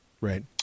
Right